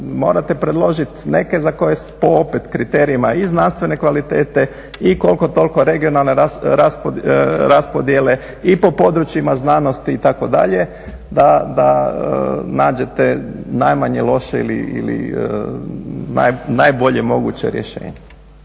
morate predložiti neke za koje, po opet kriterijima i znanstvene kvalitete, i koliko toliko regionalne raspodjele i po područjima znanosti itd. da nađete najmanje loše ili najbolje moguće rješenje.